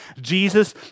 Jesus